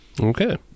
Okay